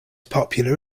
popular